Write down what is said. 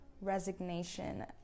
resignation